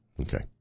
Okay